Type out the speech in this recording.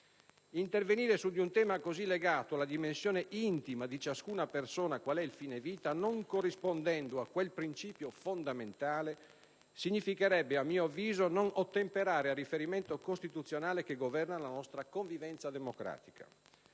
Intervenire su un tema così legato alla dimensione intima di ciascuna persona, quale è il fine vita, non corrispondendo a quel principio fondamentale significherebbe, a mio avviso, non ottemperare al riferimento costituzionale che governa la nostra convivenza democratica.